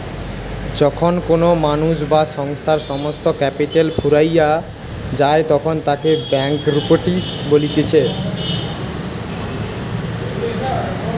যখন কোনো মানুষ বা সংস্থার সমস্ত ক্যাপিটাল ফুরাইয়া যায়তখন তাকে ব্যাংকরূপটিসি বলতিছে